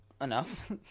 Enough